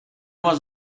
was